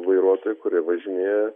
vairuotojų kurie važinėja